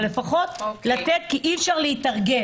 אבל לפחות לתת זמן להתארגן.